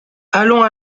allons